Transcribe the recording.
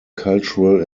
cultural